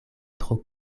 tro